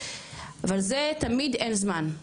אבל זה תמיד אין זמן,